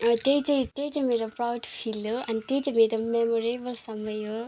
त्यही चाहिँ त्यही चाहिँ मेरो प्राउड फिल हो अन्त त्यही चाहिँ मेरो मेमोरेबल समय हो